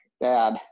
dad